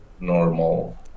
normal